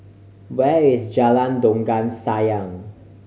where is Jalan Dondang Sayang